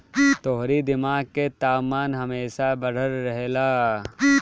तोहरी दिमाग के तापमान हमेशा बढ़ल रहेला